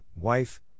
wife